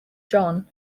john